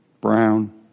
brown